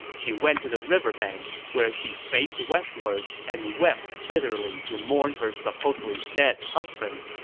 she went to the river bank, where she faced westward and wept bitterly to mourn her supposedly dead husband.